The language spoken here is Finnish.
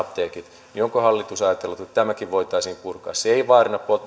apteekit onko hallitus ajatellut että tämäkin voitaisiin purkaa se ei vaaranna